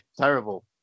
terrible